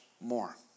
more